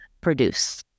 produce